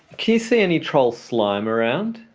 can you see any troll slime around?